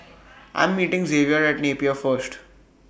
I Am meeting Xavier At Napier First